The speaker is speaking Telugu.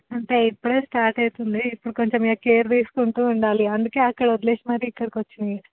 అంటే ఇప్పుడే స్టార్ట్ అవుతోంది ఇప్పుడు కొంచెం ఇ కేర్ తీసుకుంటూ ఉండాలి అందుకే అక్కడ వదిలేసి మరి ఇక్కడికి వచ్చింది